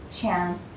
chance